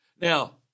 Now